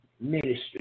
ministry